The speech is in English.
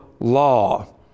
law